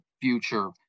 future